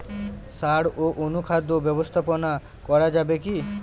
সাড় ও অনুখাদ্য ব্যবস্থাপনা করা যাবে কি?